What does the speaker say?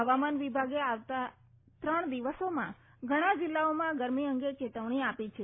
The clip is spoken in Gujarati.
હવામાન વિભાગે આવનારા ત્રણ દિવસોમાં ઘણા જિલ્લાઓમાં ગરમી અંગે ચેતવણી આપી છે